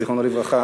זיכרונו לברכה,